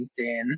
LinkedIn